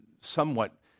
somewhat